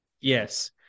Yes